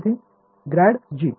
विद्यार्थीः grad g